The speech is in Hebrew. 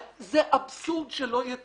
אז זה אבסורד שלא יתואר.